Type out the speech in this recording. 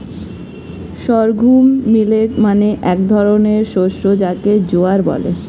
sorghum millet মানে এক ধরনের শস্য যাকে জোয়ার বলে